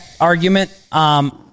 argument